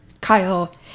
Kyle